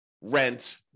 rent